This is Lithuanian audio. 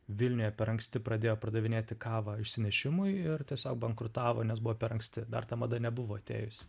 vilniuje per anksti pradėjo pardavinėti kavą išsinešimui ir tiesiog bankrutavo nes buvo per anksti dar ta mada nebuvo atėjusi